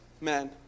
man